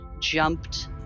jumped